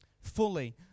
fully